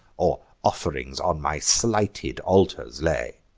or off'rings on my slighted altars lay?